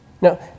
Now